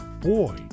Boy